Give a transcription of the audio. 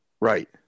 Right